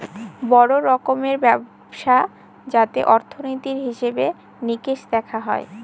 বড়ো রকমের ব্যবস্থা যাতে অর্থনীতির হিসেবে নিকেশ দেখা হয়